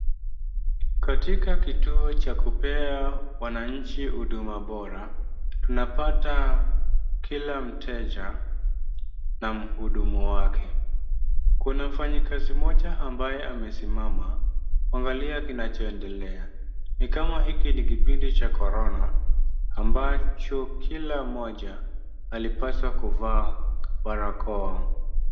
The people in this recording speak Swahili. Katika kituo cha kupea wananchi huduma bora, tunapata kila mteja na mhudumu wake. Kuna mfanyikazi mmoja ambaye amesimama kuangalia kinachoendelea . Ni kama hiki ni kipindi cha korona ambacho kila mmoja alipaswa kuvaa barakoa.